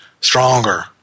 stronger